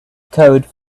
code